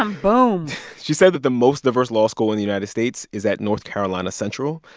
um boom she said that the most diverse law school in the united states is at north carolina central.